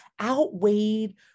outweighed